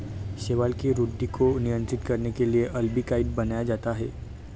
शैवाल की वृद्धि को नियंत्रित करने के लिए अल्बिकाइड बनाया जाता है